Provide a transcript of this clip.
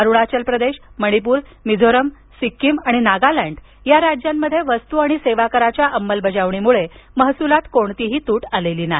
अरुणाचल प्रदेश मणिपूर मिझोरम सिक्कीम आणि नागालंड या राज्यांमध्ये वस्तू आणि सेवा कराच्या अंमलबजावणीमुळे महसुलात कोणतीही तूट आलेली नाही